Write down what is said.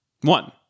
One